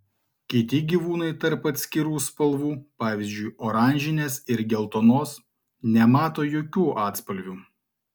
kiti gyvūnai tarp atskirų spalvų pavyzdžiui oranžinės ir geltonos nemato jokių atspalvių